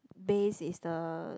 base is the